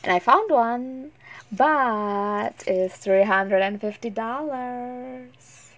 and I found one but it's three hundred and fifty dollars